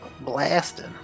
blasting